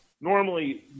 normally